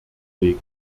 weg